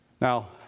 Now